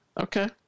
Okay